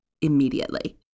immediately